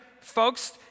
folks